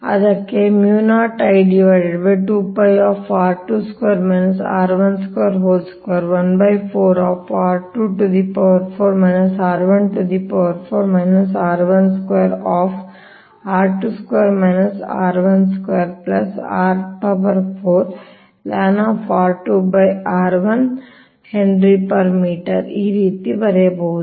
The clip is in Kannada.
ಅದನ್ನು ಈ ರೀತಿ ಬರೆಯಬಹುದು